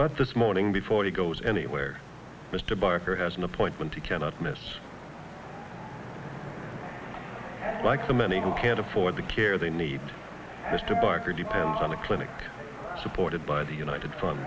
but this morning before he goes anywhere mr barker has an appointment he cannot miss like the many who can't afford the care they need mr barker depends on the clinic supported by the united front